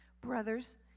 Brothers